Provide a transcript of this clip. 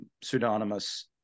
pseudonymous